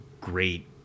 great